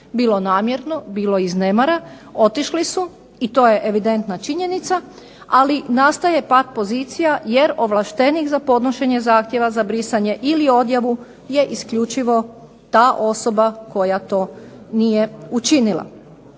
bilo namjerno, bilo iz nemara, otišli su i to je evidentna činjenica, ali nastaje pat pozicija jer ovlaštenik za podnošenje zahtjeva za brisanje ili odjavu je isključivo ta osoba koja to nije učinila.